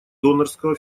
донорского